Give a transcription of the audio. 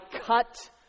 cut